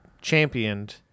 championed